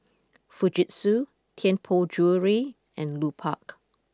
Fujitsu Tianpo Jewellery and Lupark